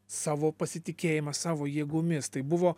savo pasitikėjimą savo jėgomis tai buvo